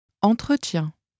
Entretien